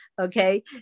Okay